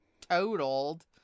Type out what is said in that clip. totaled